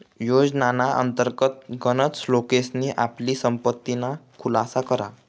योजनाना अंतर्गत गनच लोकेसनी आपली संपत्तीना खुलासा करा